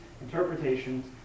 interpretations